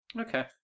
Okay